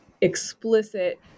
explicit